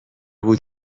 بود